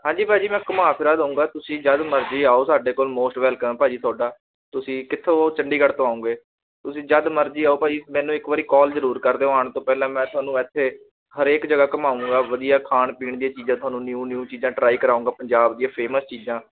ਹਾਂਜੀ ਭਾਅ ਜੀ ਮੈਂ ਘੁੰਮਾ ਫਿਰਾ ਦੂੰਗਾ ਤੁਸੀਂ ਜਦ ਮਰਜ਼ੀ ਆਓ ਸਾਡੇ ਕੋਲ ਮੋਸਟ ਵੈਲਕਮ ਭਾਅ ਜੀ ਤੁਹਾਡਾ ਤੁਸੀਂ ਕਿੱਥੋਂ ਚੰਡੀਗੜ੍ਹ ਤੋਂ ਆਉਂਗੇ ਤੁਸੀਂ ਜਦ ਮਰਜ਼ੀ ਆਓ ਭਾਅ ਜੀ ਮੈਨੂੰ ਇੱਕ ਵਾਰੀ ਕੋਲ ਜ਼ਰੂਰ ਕਰ ਦਿਓ ਆਉਣ ਤੋਂ ਪਹਿਲਾਂ ਮੈਂ ਤੁਹਾਨੂੰ ਇੱਥੇ ਹਰੇਕ ਜਗ੍ਹਾ ਘੁੰਮਾਊਂਗਾ ਵਧੀਆ ਖਾਣ ਪੀਣ ਦੀਆਂ ਚੀਜ਼ਾਂ ਤੁਹਾਨੂੰ ਨਿਊ ਨਿਊ ਚੀਜ਼ਾਂ ਟਰਾਈ ਕਰਵਾਉਂਗਾ ਪੰਜਾਬ ਦੀਆਂ ਫੇਮਸ ਚੀਜ਼ਾਂ